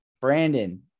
Brandon